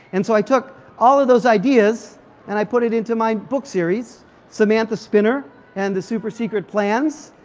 and so i took all of those ideas and i put it into my book series samantha spinner and the super secret plans.